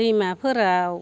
दैमाफोराव